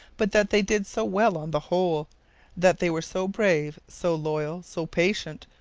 but that they did so well on the whole that they were so brave, so loyal, so patient,